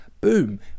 Boom